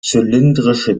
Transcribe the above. zylindrische